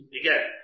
again